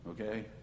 Okay